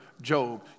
Job